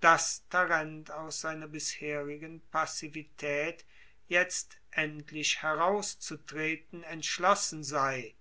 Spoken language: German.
dass tarent aus seiner bisherigen passivitaet jetzt endlich herauszutreten entschlossen sei